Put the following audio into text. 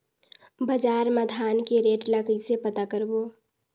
बजार मा धान के रेट ला कइसे पता करबो?